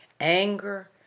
anger